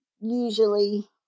usually